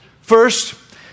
First